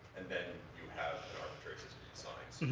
and then you have an arbitrary system of signs